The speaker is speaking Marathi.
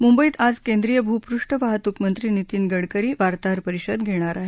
मुंबईत आज केंद्रीय भूपृष्ठ वाहतूक मंत्री नितीन गडकरी वार्ताहर परिषद घेणार आहेत